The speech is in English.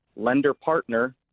LenderPartner